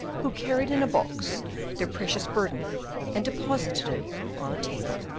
who carried in a box their precious burden and deposited it on a table.